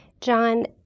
John